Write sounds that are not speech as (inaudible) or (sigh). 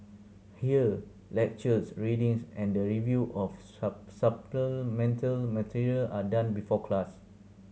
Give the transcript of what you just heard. here lectures readings and the review of (unintelligible) supplemental material are done before class